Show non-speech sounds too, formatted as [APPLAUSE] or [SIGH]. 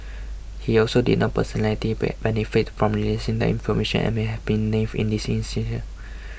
he also did not personally [UNINTELLIGIBLE] benefit from releasing the information and may have been naive in this [UNINTELLIGIBLE] [NOISE]